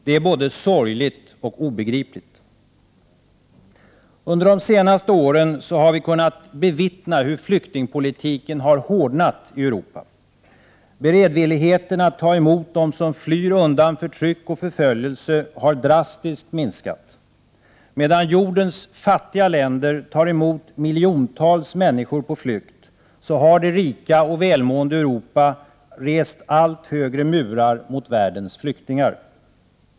Det är både sorgligt och obegripligt. Under de senaste åren har vi kunnat bevittna hur flyktingpolitiken har hårdnat i Europa. Beredvilligheten att ta emot dem som flyr undan förtryck och förföljelse har drastiskt minskat. Medan jordens fattiga länder tar emot miljontals människor på flykt, har det rika och välmående Europa rest allt högre murar mot världens flyktingar.